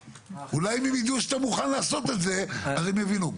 אולי אם ידעו שאתה מוכן לעשות את זה, הם יבינו.